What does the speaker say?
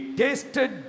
tasted